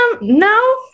No